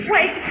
Wait